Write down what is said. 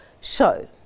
show